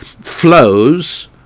flows